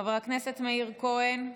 חבר הכנסת מאיר כהן,